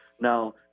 Now